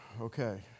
Okay